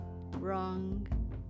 wrong